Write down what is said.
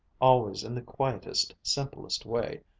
always in the quietest, simplest way,